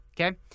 okay